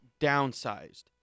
downsized